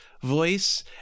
voice